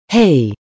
Hey